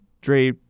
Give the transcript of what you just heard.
Dre